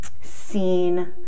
seen